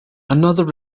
another